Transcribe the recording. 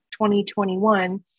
2021